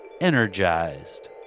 energized